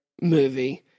movie